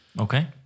Okay